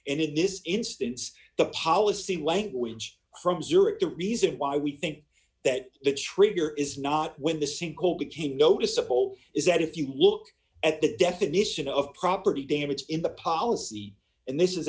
and in this instance the policy language zero the reason why we think that the trigger is not when the sinkhole became noticeable is that if you look at the definition of property damage in the policy and this is